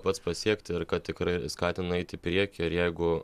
pats pasiekti ir kad tikrai skatina eiti į priekį ir jeigu